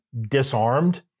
disarmed